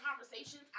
conversations